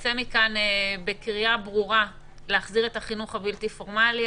נצא מכאן בקריאה ברורה להחזיר את החינוך הבלתי פורמלי.